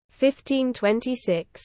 15-26